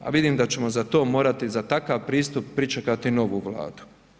A vidim da ćemo za to morati, za takav pristup pričekati novu Vladu.